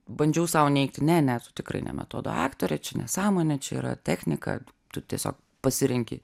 bandžiau sau neigti ne ne tu tikrai ne metodo aktorė čia nesąmonė čia yra technika tu tiesiog pasirenki